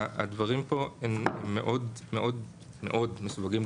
הדברים פה מאוד מאוד מאוד מסווגים,